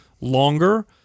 longer